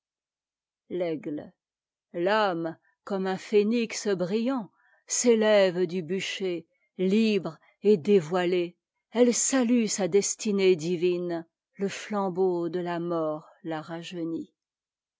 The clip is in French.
l'aigle l'âme comme un phénix brillant s'étève du bûcher libre et dévoilée elle salue sa destinée divine leflambeaude la mort la rejeunit